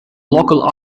local